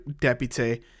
deputy